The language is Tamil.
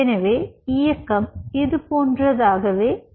எனவே இயக்கம் இதுபோன்றதாக இருக்கும்